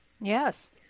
Yes